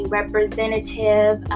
representative